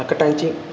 అక్కటాంచి